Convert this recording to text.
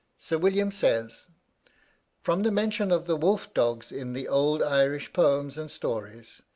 sir william says from the mention of the wolf-dogs in the old irish poems and stories,